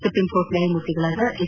supreme court ನ್ಯಾಯಾಮೂರ್ತಿಗಳಾದ S